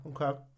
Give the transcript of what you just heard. Okay